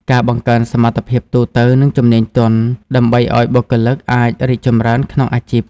ការបង្កើនសមត្ថភាពទូទៅ និងជំនាញទន់ ដើម្បីឲ្យបុគ្គលិកអាចរីកចម្រើនក្នុងអាជីព។